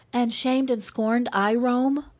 and shamed and scorned i roam?